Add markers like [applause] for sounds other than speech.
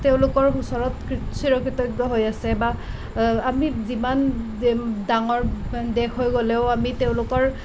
তেওঁলোকৰ ওচৰত কৃ চিৰকৃতজ্ঞ হৈ আছে বা আমি যিমান [unintelligible] ডাঙৰ [unintelligible] দেশ হৈ গলেও আমি তেওঁলোকৰ